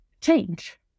change